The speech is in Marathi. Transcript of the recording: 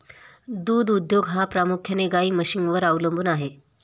दूध उद्योग हा प्रामुख्याने गाई म्हशींवर अवलंबून आहे